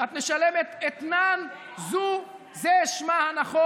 זה לא מתאים לך.